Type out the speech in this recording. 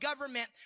government